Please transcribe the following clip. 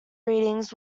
readings